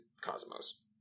cosmos